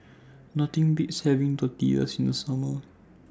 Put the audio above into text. Nothing Beats having Tortillas in The Summer